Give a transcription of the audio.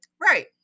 right